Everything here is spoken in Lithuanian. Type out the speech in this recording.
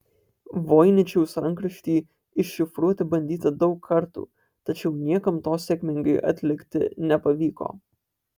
voiničiaus rankraštį iššifruoti bandyta daug kartų tačiau niekam to sėkmingai atlikti nepavyko